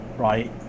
right